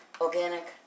organic